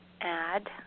add